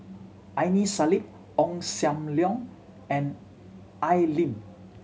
Aini Salim Ong Sam Leong and Al Lim